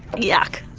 yuk.